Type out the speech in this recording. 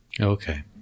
Okay